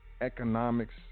economics